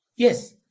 Yes